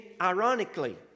Ironically